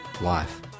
life